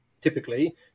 typically